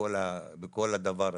בכל הדבר הזה.